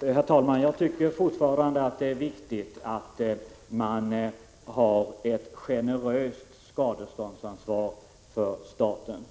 Herr talman! Jag tycker fortfarande att det är riktigt att man har ett generöst skadeståndsansvar för staten.